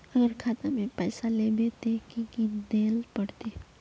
अगर खाता में पैसा लेबे ते की की देल पड़ते?